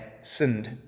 sinned